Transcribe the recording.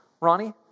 Ronnie